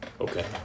Okay